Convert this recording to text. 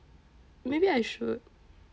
maybe I should